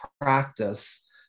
practice